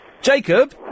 Jacob